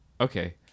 Okay